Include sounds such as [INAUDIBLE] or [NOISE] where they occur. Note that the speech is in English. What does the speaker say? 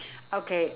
[BREATH] okay